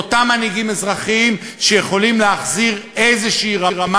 את אותם מנהיגים אזרחיים שיכולים להחזיר רמה